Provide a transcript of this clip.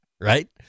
Right